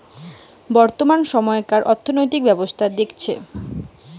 বর্তমান সময়কার অর্থনৈতিক ব্যবস্থা দেখতেছে